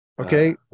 Okay